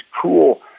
cool